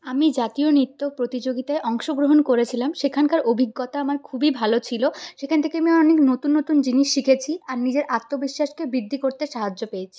আমি জাতীয় নৃত্য প্রতিযোগিতায় অংশগ্রহণ করেছিলাম সেখানকার অভিজ্ঞতা আমার খুবই ভালো ছিল সেখান থেকে আমি অনেক নতুন নতুন জিনিস শিখেছি আর নিজের আত্মবিশ্বাসকে বৃদ্ধি করতে সাহায্য পেয়েছি